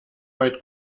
weit